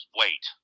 wait